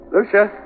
Lucia